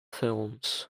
films